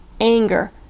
anger